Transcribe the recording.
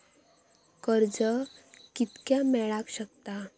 कर्ज कितक्या मेलाक शकता?